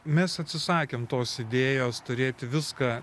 mes atsisakėm tos idėjos turėti viską